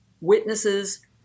witnesses